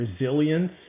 resilience